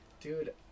Dude